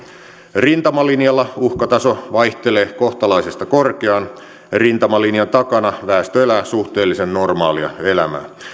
rintamalinjalla uhkataso vaihtelee kohtalaisesta korkeaan ja rintamalinjan takana väestö elää suhteellisen normaalia elämää